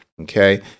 Okay